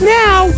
now